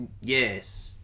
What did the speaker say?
Yes